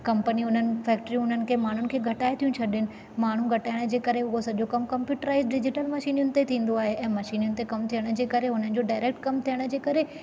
company हुननि factory हुननि खे घटाए थियूं छॾनि माण्हू घटणु जे करे हूअ सॼो कमु कंप्यूटराइज डिजीटल मशीनयुनि ते थींदो आहे ऐं मशीनयुनि ते कमु थियण जे करे उनजो डाइरेक्ट कमु थियण जे करे